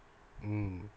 mm